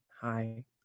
hi